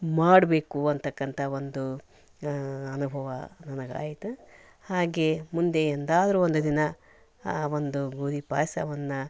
ಮಾಡಬೇಕು ಅಂತಕ್ಕಂಥ ಒಂದು ಅನುಭವ ನನಗಾಯಿತು ಹಾಗೆ ಮುಂದೆ ಎಂದಾದರೂ ಒಂದು ದಿನ ಒಂದು ಗೋಧಿ ಪಾಯಸವನ್ನು